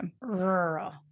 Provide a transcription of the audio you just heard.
Rural